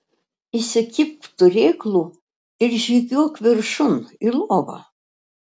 įsikibk turėklų ir žygiuok viršun į lovą